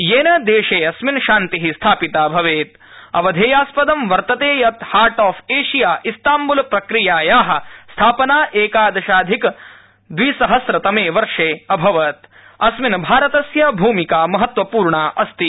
येन देशे अस्मिन शान्ति स्थापिता भवेत अवधेयास्पदं वर्तते यत ा हार्ट आॅफ एशिया इस्ताम्बुल प्रक्रियाया स्थापना एकादशाधिक द्विसहस्त्रतमे वर्षे अभवत अस्मिन भारतस्य भूमिका महत्वपूर्णा अस्ति